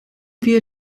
wir